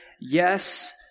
Yes